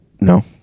No